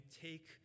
take